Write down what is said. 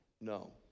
No